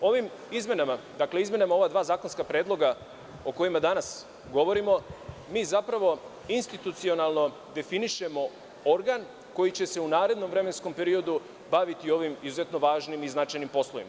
Ovim izmenama ova dva zakonska predloga o kojima danas govorimo mi zapravo institucionalno definišemo organ koji će se u narednom vremenskom periodu baviti ovim izuzetno važnim i značajnim poslovima.